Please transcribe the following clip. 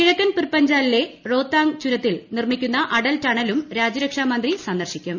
കിഴക്കൻ പിർപഞ്ചാലിലെ റോഹ്താങ് ചുരത്തിൽ നിർമ്മി ക്കുന്ന അടൽ ടണലും രാജ്യരക്ഷാമന്ത്രി സന്ദർശിക്കും